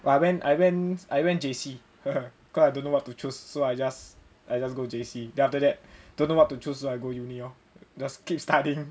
but I went I went I went J_C cause I don't know what to choose so I just I just go J_C then after that don't know what to choose so I go uni lor just keep studying